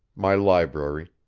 my library,